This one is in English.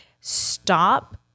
stop